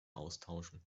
austauschen